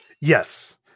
Yes